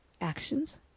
actions